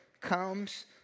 comes